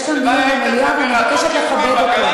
יש כאן דיון במליאה, ואני מבקשת לכבד אותו.